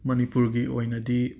ꯃꯅꯤꯄꯨꯔꯒꯤ ꯑꯣꯏꯅꯗꯤ